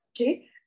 okay